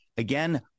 Again